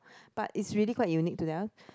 but it's really quite unique to them